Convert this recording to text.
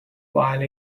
while